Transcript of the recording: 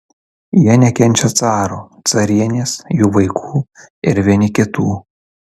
jie nekenčia caro carienės jų vaikų ir vieni kitų